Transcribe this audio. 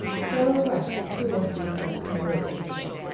sara went two or three steps nearer to her.